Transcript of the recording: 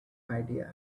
idea